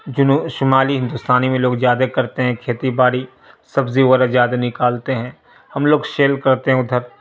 جنوبی شمالی ہندوستانی میں لوگ زیادہ کرتے ہیں کھیتی باری سبزی وغیرہ زیادہ نکالتے ہیں ہم لوگ شیل کرتے ہیں ادھر